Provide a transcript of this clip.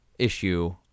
issue